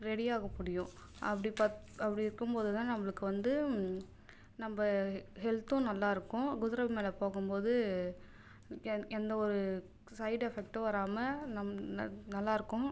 ready ஆக முடியும் அப்படி பாத் அப்படி இருக்கும்போதுதான் நம்மளுக்கு வந்து நம்ப ஹெல்த்தும் நல்லா இருக்கும் குதிரை மேல போகும்போது எ எந்த ஒரு சைடு எஃபக்ட்டும் வராமல் நம் ந நல்லாயிருக்கும்